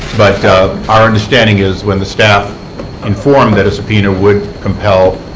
but our understanding is when the staff informed that a subpoena would compel,